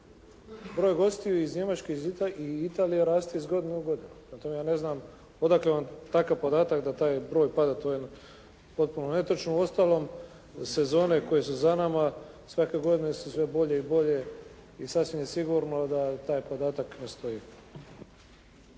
Broj gostiju iz Njemačke i Italije raste iz godine u godinu. Prema tome, ja ne znam odakle vam takav podatak da taj broj pada. To je potpuno netočno. U ostalom sezone koje su za nama svake godine su sve bolje i bolje i sasvim je sigurno da taj podatak ne stoji.